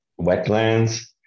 wetlands